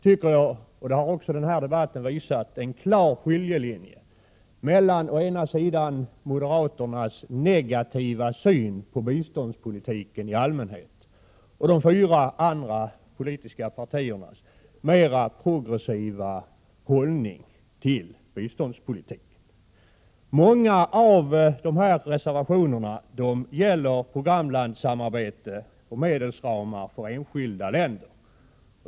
I fråga om denna reservation går det, vilket denna debatt också har visat, en klar skiljelinje mellan moderaternas negativa syn på biståndspolitiken i allmänhet och de fyra andra politiska partiernas mera progressiva hållning i fråga om biståndspolitiken. Många av reservationerna gäller programlandssamarbete och medelsramar för enskilda länder.